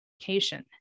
education